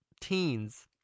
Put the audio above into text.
teens